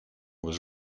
was